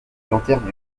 lanterne